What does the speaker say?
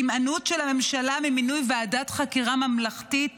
הימנעות של הממשלה ממינוי ועדת חקירה ממלכתית